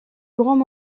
grand